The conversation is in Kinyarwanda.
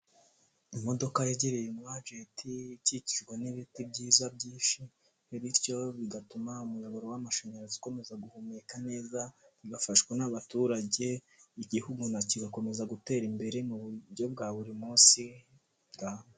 Imodoka yegereye umu agenti, ikikijwe n'ibiti byiza byinshi, bityo bigatuma umuyoboro w'amashanyarazi ukomeza guhumeka neza, bigafashwa n'abaturage, igihugu kigakomeza gutera imbere mu buryo bwa buri munsi.